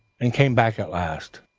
and came back at last,